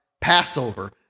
Passover